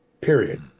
period